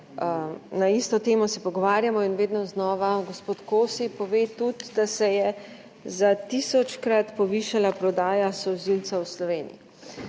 na isto temo se pogovarjamo in vedno znova gospod Kosi pove tudi, da se je za tisočkrat povišala prodaja solzivca v Sloveniji.